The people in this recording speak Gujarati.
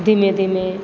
ધીમે ધીમે